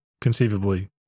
conceivably